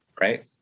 Right